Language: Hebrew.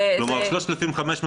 כלומר 3,500,